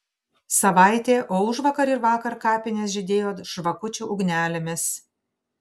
savaitė o užvakar ir vakar kapinės žydėjo žvakučių ugnelėmis